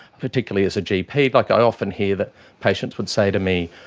particularly as a gp. like i often hear that patients would say to me,